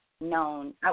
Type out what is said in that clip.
known